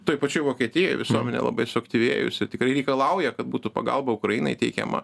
toj pačioj vokietijoj visuomenė labai suaktyvėjusi tikrai reikalauja kad būtų pagalba ukrainai teikiama